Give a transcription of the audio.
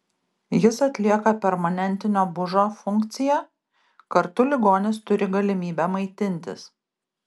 jis atlieka permanentinio bužo funkciją kartu ligonis turi galimybę maitintis